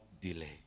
delay